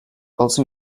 also